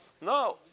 No